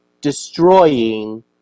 destroying